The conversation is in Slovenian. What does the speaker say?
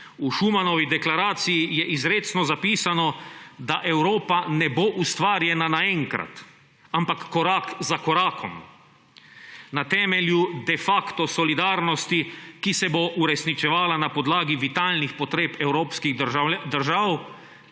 V Schumanovi deklaraciji je izrecno zapisano, da Evropa ne bo ustvarjena naenkrat, ampak korak za korakom, na temelju de facto solidarnosti, ki se bo uresničevala na podlagi vitalnih potreb evropskih držav